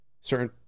certain